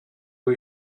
are